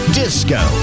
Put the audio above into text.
disco